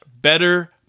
better